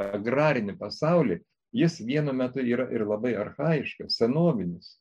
agrarinį pasaulį jis vienu metu yra ir labai archajiškas senovinis